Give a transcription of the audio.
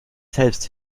selbst